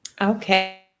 Okay